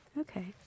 Okay